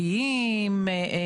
אותו מחדש למרות שמדובר בפרויקט חיזוק?